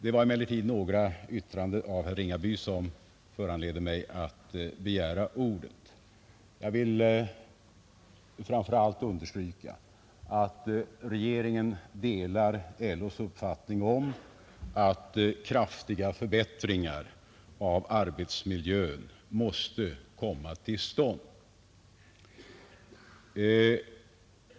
Det var emellertid några yttranden av herr Ringaby som föranledde mig att begära ordet. Jag vill framför allt understryka att regeringen delar LO:s uppfattning att kraftiga förbättringar av arbetsmiljön måste komma till stånd.